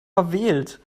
verwählt